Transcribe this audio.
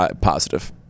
positive